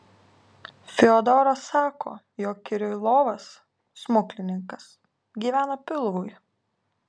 fiodoras sako jog kirilovas smuklininkas gyvena pilvui